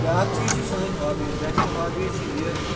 بیٛاکھ چیٖز چھِ سٲنۍ ہابیٖز بٮ۪سٹ ہابیٖز چھِ یہِ